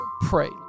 pray